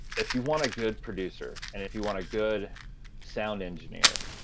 if you want a good producer and if you want a good sound engineer,